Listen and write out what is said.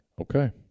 Okay